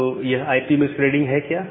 तो यह I P masquerading है क्या